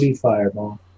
Fireball